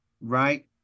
right